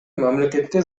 мамлекетке